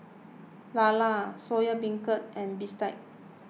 Lala Soya Beancurd and Bistake